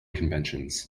conventions